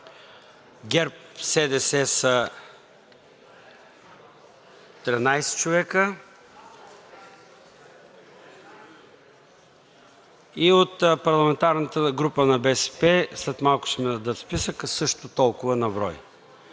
ГЕРБ-СДС са 13 човека и от парламентарната група на БСП, след малко ще ми дадат списъка, също толкова на брой.